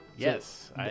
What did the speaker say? Yes